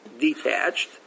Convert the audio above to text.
detached